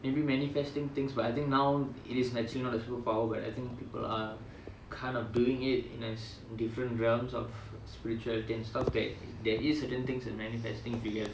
maybe manifesting things but I think now it is naturally not a superpower but I think people are kind of doing it in as different realms of spiritual and stuff that there is certain things in manifesting if you have